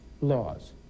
laws